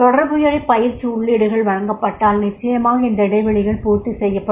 தொடர்புடைய பயிற்சி உள்ளீடுகள் வழங்கப்பட்டால் நிச்சயமாக அந்த இடைவெளிகள் பூர்த்தி செய்யப்படும்